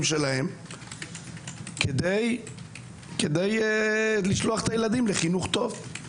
שלהם כדי לשלוח את הילדים לחינוך טוב.